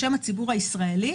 בשם הציבור הישראלי,